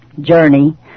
journey